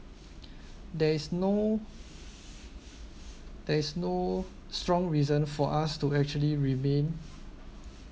there is no there is no strong reason for us to actually remain